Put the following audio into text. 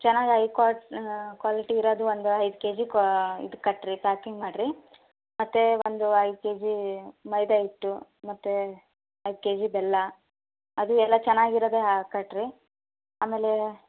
ಚೆನ್ನಾಗೈ ಕ್ವಾಟ್ ಕ್ವಾಲಿಟಿ ಇರೋದು ಒಂದು ಐದು ಕೆಜಿ ಕ್ವಾ ಇದು ಕಟ್ಟಿರಿ ಪ್ಯಾಕಿಂಗ್ ಮಾಡಿರಿ ಮತ್ತು ಒಂದು ಐದು ಕೆಜಿ ಮೈದಾ ಹಿಟ್ಟು ಮತ್ತು ಐದು ಕೆಜಿ ಬೆಲ್ಲ ಅದು ಎಲ್ಲ ಚೆನ್ನಾಗಿ ಇರೋದೆ ಹಾ ಕಟ್ಟಿರಿ ಆಮೇಲೆ